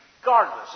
regardless